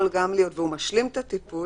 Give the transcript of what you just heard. והוא משלים את הטיפול,